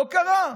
לא קרה.